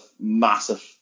massive